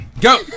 Go